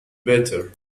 better